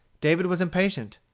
david was impatient.